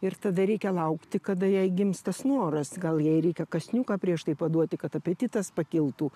ir tada reikia laukti kada jai gims tas noras gal jai reikia kąsniuką prieš tai paduoti kad apetitas pakiltų